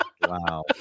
wow